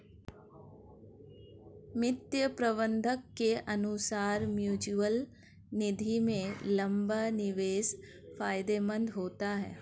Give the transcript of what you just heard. वित्तीय प्रबंधक के अनुसार म्यूचअल निधि में लंबा निवेश फायदेमंद होता है